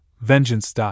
Vengeance